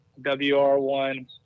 WR1